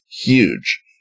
huge